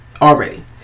Already